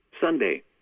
Sunday